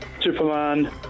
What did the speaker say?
Superman